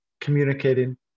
communicating